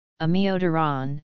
amiodarone